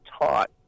taught